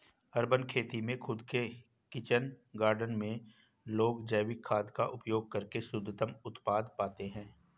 urban खेती में खुद के किचन गार्डन में लोग जैविक खाद का उपयोग करके शुद्धतम उत्पाद पाते हैं